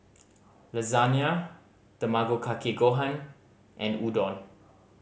Lasagne Tamago Kake Gohan and Udon